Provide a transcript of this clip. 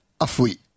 afui